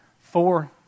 four